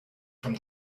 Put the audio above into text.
from